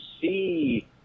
see